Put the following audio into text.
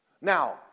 Now